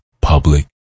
public